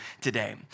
today